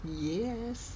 yes